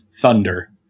Thunder